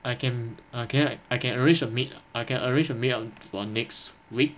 I can I can I can arrange to meet I can arrange to meet up for next week